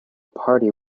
party